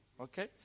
Okay